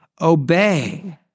obey